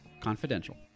Confidential